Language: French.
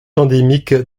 endémique